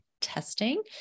testing